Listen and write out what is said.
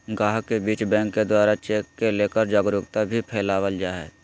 गाहक के बीच बैंक के द्वारा चेक के लेकर जागरूकता भी फैलावल जा है